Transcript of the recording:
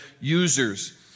users